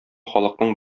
халыкның